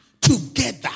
together